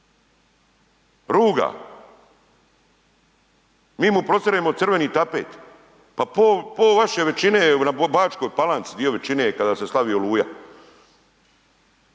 ruga, mi mu prostiremo crveni tapet, pa po, po vaše većine je na Bačkoj Palanci, dio većine je kada se slavi Oluja,